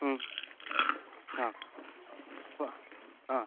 മ് ആ അപ്പം ആ